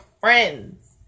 friends